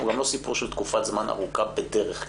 הוא גם לא סיפור של תקופת זמן ארוכה בדרך כלל.